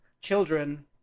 Children